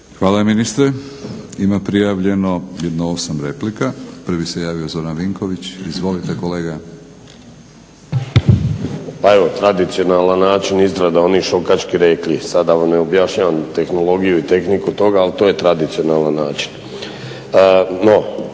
Hvala ministre. Ima prijavljeno jedno 8 replika. Prvi se javio Zoran vinković. Izvolite kolega. **Vinković, Zoran (HDSSB)** Pa evo tradicionalan način …/Govornik se ne razumije./… oni šokački rekli, sada da vam ne objašnjavam tehnologiju i tehniku toga ali to je tradicionalan način.